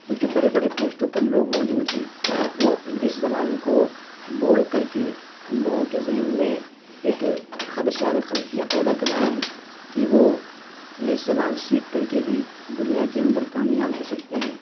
تو جو بڑے بڑے پوسٹوں پر لوگ موجود ہیں وہ انگلش زبان کو بول کر کے لوگوں کے ذہن میں ایک خدشہ اور ایک خلفیہ پیدا کرتے ہیں کہ وہ انگلش زبان سیکھ کر کے ہی دنیا کے اندر کامیاب ہو سکتے ہیں